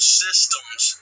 systems